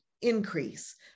increase